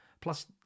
Plus